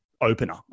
opener